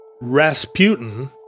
Rasputin